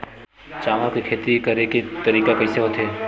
चावल के खेती करेके तरीका कइसे होथे?